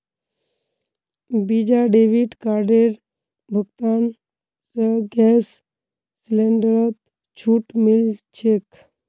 visa debit कार्डेर भुगतान स गैस सिलेंडरत छूट मिल छेक